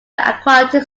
aquatic